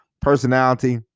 personality